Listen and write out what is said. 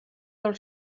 del